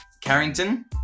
Carrington